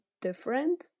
different